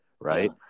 right